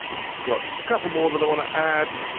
i've got a couple more that i wanna add.